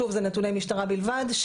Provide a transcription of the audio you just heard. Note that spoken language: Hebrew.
שוב זה נתוני משטרה בלבד,